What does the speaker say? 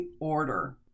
order